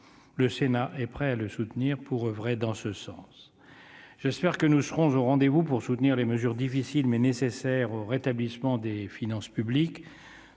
Le Sénat est prêt à le soutenir pour oeuvrer dans ce sens. J'espère que nous serons au rendez-vous pour soutenir les mesures difficiles, mais nécessaires au rétablissement des finances publiques.